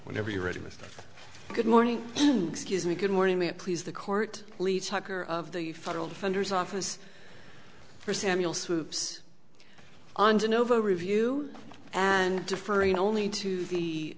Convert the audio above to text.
whenever you're ready mr good morning excuse me good morning may it please the court please tucker of the federal defenders office for samuel swoops under novo review and deferring only to the